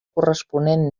corresponent